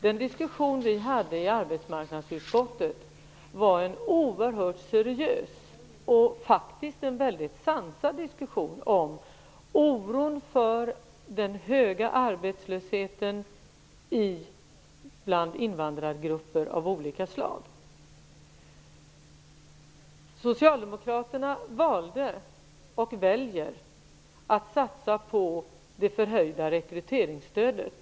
Vår diskussion i arbetsmarknadsutskottet var oerhört seriös och faktiskt väldigt sansad. Den handlade om oron för den höga arbetslösheten bland invandrargrupper av olika slag. Socialdemokraterna valde och väljer att satsa på det förhöjda rekryteringsstödet.